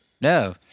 No